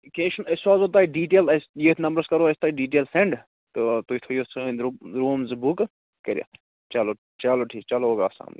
کیٚنٛہہ چھُنہٕ أسۍ سوزہَو تُہۍ ڈِٹیل اَسہِ ییٚتھۍ نمبرس کَرو أسۍ تۅہہِ ڈِٹیل سیٚنٛڈ تہٕ تُہۍ تھٲوِو سٲنۍ رُم روٗم زٕ بُکہٕ کٔرِتھ چَلو چَلو ٹھیٖک چلو اسلام وعلیکُم